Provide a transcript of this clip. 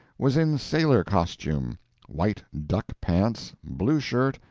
was in sailor costume white duck pants, blue shirt,